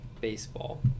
baseball